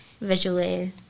visually